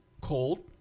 Cold